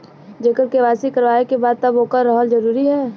जेकर के.वाइ.सी करवाएं के बा तब ओकर रहल जरूरी हे?